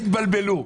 תתבלבלו.